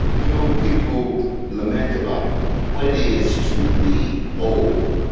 you know, people lament about what it is to be old,